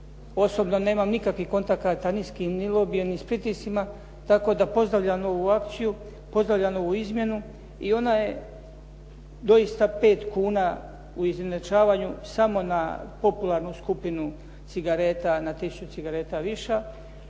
Osobno nemam nikakvih kontakata ni s kim, ni s lobijem, ni s pritiscima tako da pozdravljam ovu akciju, pozdravljam ovu izmjenu i ona je doista 5 kuna u izjednačavanju samo na popularnu skupinu cigareta na tisuću cigareta viša,